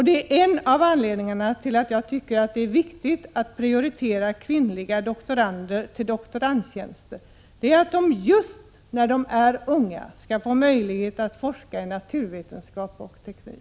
Det är en av anledningarna till att jag tycker att det är viktigt att prioritera kvinnliga doktorander till doktorandtjänster. Det är just för att de, när de är unga, skall få möjlighet att forska i naturvetenskap och teknik.